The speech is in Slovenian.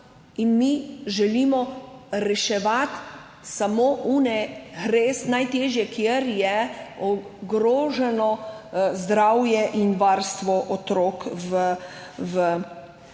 In mi želimo reševati samo tiste res najtežje, kjer je ogroženo zdravje in varstvo otrok v naših